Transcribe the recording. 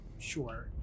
Sure